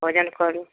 ओजन करू